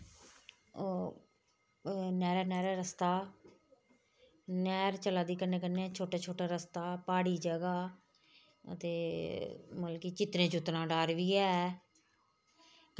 नैह्रा नैह्रा रस्ता नैह्र चलै दी कन्नै कन्नै छोटा छोटा रस्ता प्हाड़ी जगह् अते मतलब कि चित्तरें चुत्तरें दा डर बी ऐ